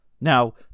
Now